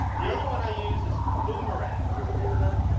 the other one i use is boomerang. what was the name of that?